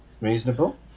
reasonable